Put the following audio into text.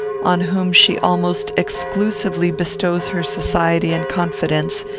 on whom she almost exclusively bestows her society and confidence,